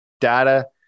data